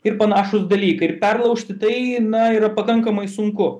ir panašūs dalykai ir perlaužti tai na yra pakankamai sunku